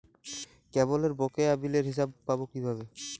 কেবলের বকেয়া বিলের হিসাব পাব কিভাবে?